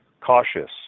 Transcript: cautious